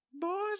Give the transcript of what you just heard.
boys